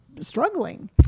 struggling